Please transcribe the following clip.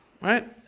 right